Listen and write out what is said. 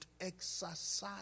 exercise